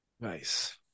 Nice